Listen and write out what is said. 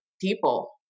people